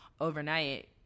overnight